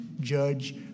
Judge